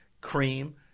cream